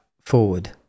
forward